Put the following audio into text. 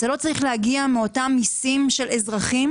זה לא צריך להגיע מאותם המיסים של האזרחים,